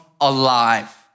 alive